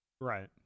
Right